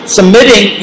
submitting